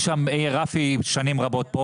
רפי מייצג שם שנים רבות.